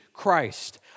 Christ